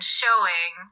showing